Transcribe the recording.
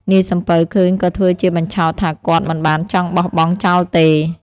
នាយសំពៅឃើញក៏ធ្វើជាបញ្ឆោតថាគាត់មិនបានចង់បោះបង់ចោលទេ។